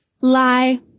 lie